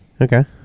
Okay